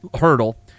hurdle